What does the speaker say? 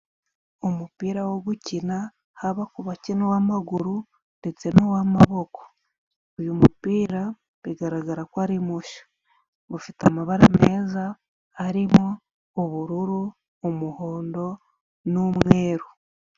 Umupira wo gukina haba ku bakina uw'amaguru ndetse n'uw'amaboko . Uyu mupira bigaragara ko ari musha , ufite amabara meza arimo ubururu , umuhondo n'umweru.